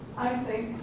i think,